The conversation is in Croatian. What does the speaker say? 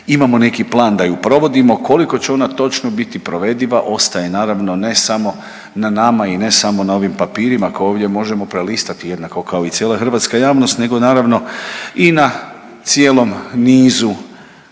imamo neki plan da je provodimo. Koliko će onda točno biti provediva ostaje naravno ne samo na nama i ne samo na ovim papirima koje ovdje možemo prelistati jednako kao i cijela hrvatska javnost, nego naravno i na cijelom nizu